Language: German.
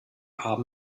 haben